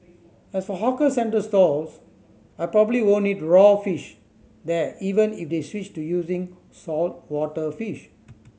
as for hawker centre stalls I probably won't eat raw fish there even if they switched to using saltwater fish